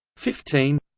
fifteen